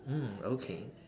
mm okay